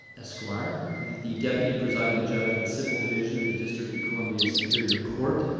esquire, is the deputy presiding judge of the civil division of the district of columbia superior court,